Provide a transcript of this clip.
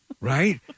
Right